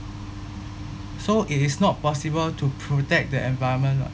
so it is not possible to protect the environment [what]